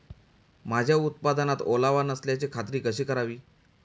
माझ्या उत्पादनात ओलावा नसल्याची खात्री कशी करावी?